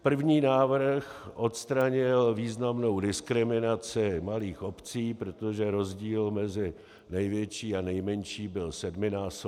První návrh odstranil významnou diskriminaci malých obcí, protože rozdíl mezi největší a nejmenší byl sedminásobek.